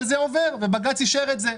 אבל זה עובר ובג"ץ אישר את זה.